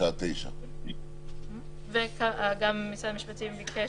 משעה 21:00. וגם משרד המשפטים ביקש,